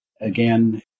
Again